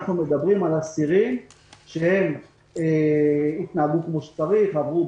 אנחנו מדברים על אסירים שהתנהגו כמו שצריך, עברו